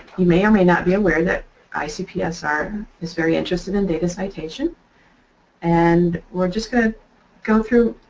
you may or may not be aware that icpsr is very interested in data citation and we're just going to go through